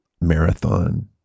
marathon